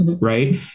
Right